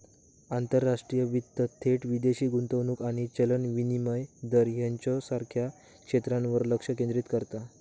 आंतरराष्ट्रीय वित्त थेट विदेशी गुंतवणूक आणि चलन विनिमय दर ह्येच्यासारख्या क्षेत्रांवर लक्ष केंद्रित करता